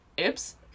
oops